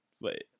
Wait